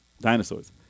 dinosaurs